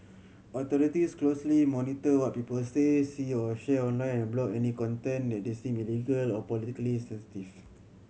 authorities closely monitor what people say see or share online block any content they deem illegal or politically